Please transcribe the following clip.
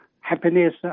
happiness